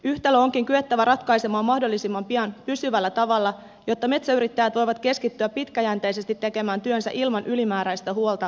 yhtälö onkin kyettävä ratkaisemaan mahdollisimman pian pysyvällä tavalla jotta metsäyrittäjät voivat keskittyä pitkäjänteisesti tekemään työnsä ilman ylimääräistä huolta toimeentulostaan